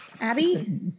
Abby